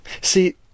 See